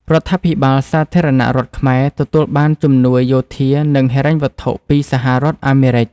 រដ្ឋាភិបាលសាធារណរដ្ឋខ្មែរ ទទួលបានជំនួយយោធា និងហិរញ្ញវត្ថុ ពីសហរដ្ឋអាមេរិក។